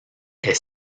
est